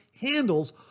handles